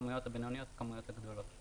הכמויות הבינוניות והכמויות הגדולות.